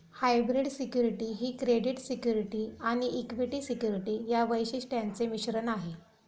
hybrid security ही credit security आणि equity security या वैशिष्ट्यांचे मिश्रण आहे